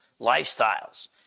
lifestyles